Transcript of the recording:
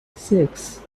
six